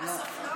אה, בסוף לא?